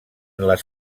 les